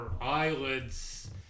eyelids